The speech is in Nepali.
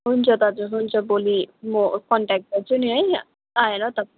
हुन्छ दाजु हुन्छ भोलि म कन्ट्याक गर्छु नि है आएर